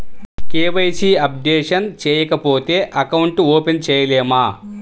KYC updation చేయకపోతే account open చేయలేమా?